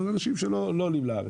אבל לאנשים שלא עולים לארץ.